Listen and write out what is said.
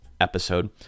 episode